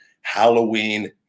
Halloween